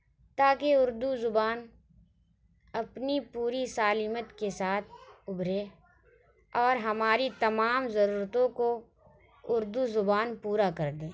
تا کہ اُردو زبان اپنی پوری سالمیت کے ساتھ اُبھرے اور ہماری تمام ضرورتوں کو اُردو زبان پورا کر دے